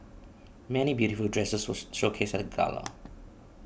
many beautiful dresses were showcased at the gala